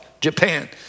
Japan